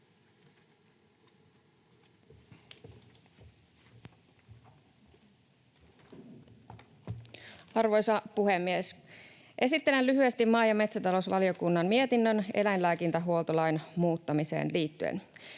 Arvoisa puhemies! Esittelen lyhyesti maa- ja metsätalousvaliokunnan mietinnön eläinlääkintähuoltolain muuttamiseen liittyen.